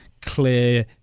clear